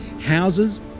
houses